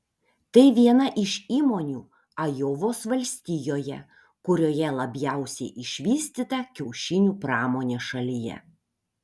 tai viena iš įmonių ajovos valstijoje kurioje labiausiai išvystyta kiaušinių pramonė šalyje